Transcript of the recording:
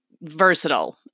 versatile